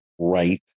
right